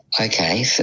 Okay